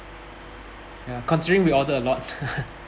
ya considering we order a lot